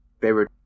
Favorite